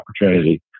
opportunity